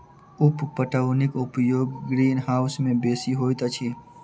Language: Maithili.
उप पटौनीक उपयोग ग्रीनहाउस मे बेसी होइत अछि